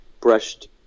brushed